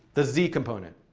the z-component.